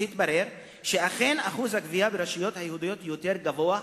והתברר שאכן שיעור הגבייה ברשויות היהודיות יותר גבוה,